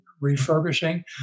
refurbishing